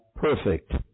perfect